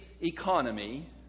economy